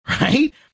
right